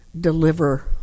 deliver